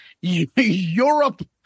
Europe